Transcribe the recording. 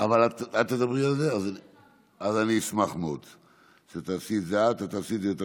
תודה ליעקב מרגי, זה שעזר ביום